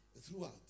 throughout